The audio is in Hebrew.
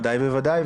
ודאי וודאי,